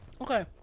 Okay